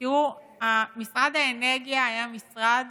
תראו, משרד האנרגיה היה משרד